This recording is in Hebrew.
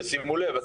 ושימו לב,